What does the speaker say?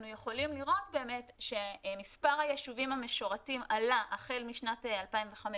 אנחנו יכולים לראות באמת שמספר היישובים המשורתים עלה החל משנת 2005,